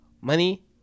money